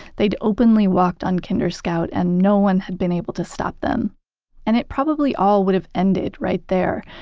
they'd openly walked on kinder scout, and no one had been able to stop them and it probably all would have ended right there,